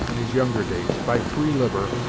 in his younger days. by free-liver,